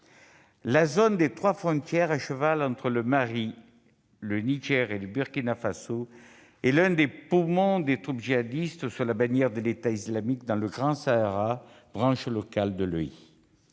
La zone des trois frontières, à cheval entre le Mali, le Niger et le Burkina Faso, est l'un des poumons des troupes djihadistes, aujourd'hui réunies sous la bannière de l'État islamique dans le Grand Sahara, branche locale de l'EI.